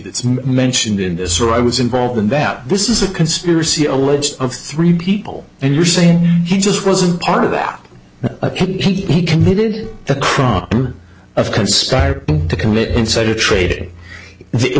that mentioned in this or i was involved in that this is a conspiracy alleged of three people and you're saying he just wasn't part of that he committed the crime of conspiring to commit insider trading it